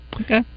Okay